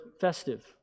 festive